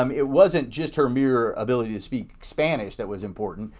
um it wasn't just her mere ability to speak spanish that was important.